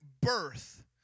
birth